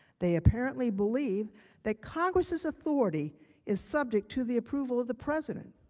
they apparently believe that congress' authority is subject to the approval of the president.